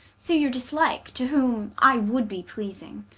so your dislikes, to whom i would be pleasing,